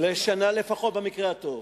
לשנה לפחות, במקרה הטוב.